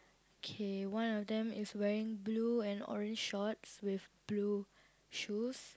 K one of them is wearing blue and orange shorts with blue shoes